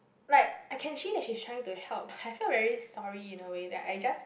like I can see that she's trying to help I felt very sorry in a way that I just